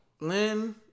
Lynn